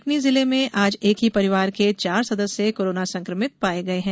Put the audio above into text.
कटनी जिले में आज एक ही परिवार के चार सदस्य कोरोना संक्रमित पाए गये हैं